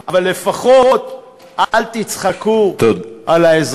אבל לפחות אל תצחקו על האזרחים.